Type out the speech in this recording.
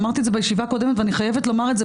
אמרתי את זה בישיבה הקודמת ואני חייבת לומר את זה